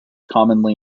commonly